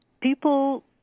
people